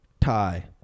Tie